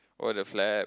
oh the flag